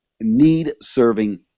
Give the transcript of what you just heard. need-serving